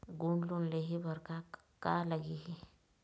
Gold loan लेहे बर का लगही?